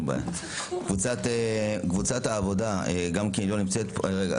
הסתייגות של קבוצת העבודה, גם היא לא נמצאת כאן.